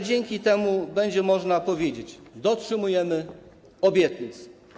Dzięki temu będzie można powiedzieć: dotrzymujemy obietnic.